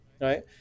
right